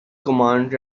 command